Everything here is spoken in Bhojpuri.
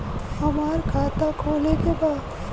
हमार खाता खोले के बा?